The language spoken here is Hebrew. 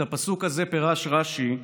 את הפסוק הזה פירש רש"י: